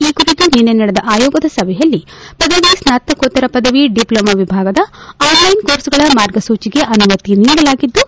ಈ ಕುರಿತು ನಿನ್ನೆ ನಡೆದ ಆಯೋಗದ ಸಭೆಯಲ್ಲಿ ಪದವಿ ಸ್ನಾತಕೋತ್ತರ ಪದವಿ ಡಿಪ್ಲೊಮೊ ವಿಭಾಗದ ಆನ್ಲೈನ್ ಕೋರ್ಸ್ಗಳ ಮಾರ್ಗಸೂಚಿಗೆ ಅನುಮತಿ ನೀಡಲಾಗಿದ್ದು